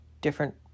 different